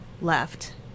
left